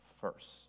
first